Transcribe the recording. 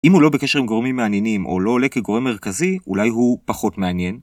אם הוא לא בקשר עם גורמים מעניינים, או לא עולה כגורם מרכזי, אולי הוא פחות מעניין.